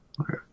Okay